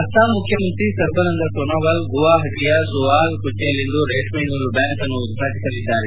ಅಸ್ಖಾಂ ಮುಖ್ಯಮಂತ್ರಿ ಸರ್ಬಾನಂದ ಸೊನೊವಾಲ್ ಗುವಾಹಟಿಯ ಸುಅಲ್ ಕುಚಿಯಲ್ಲಿಂದು ರೇಷ್ಮೆ ನೂಲು ಬ್ಯಾಂಕನ್ನು ಉದ್ಘಾಟಿಸಲಿದ್ದಾರೆ